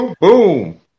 Boom